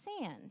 sand